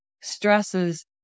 stresses